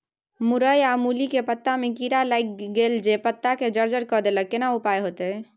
मूरई आ मूली के पत्ता में कीरा लाईग गेल जे पत्ता के जर्जर के देलक केना उपाय होतय?